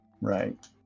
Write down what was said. right